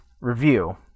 review